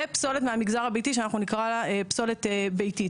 ופסולת מהמגזר הביתי, שאנחנו נקרא לה פסולת ביתית.